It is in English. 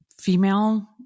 female